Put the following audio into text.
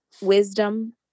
wisdom